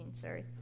sorry